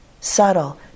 subtle